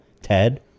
Ted